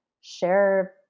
share